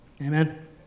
Amen